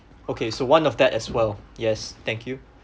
okay so one of that as well yes thank you